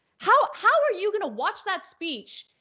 how how are you gonna watch that speech,